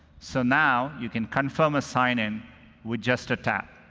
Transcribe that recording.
so now, you can confirm a sign-in with just a tap.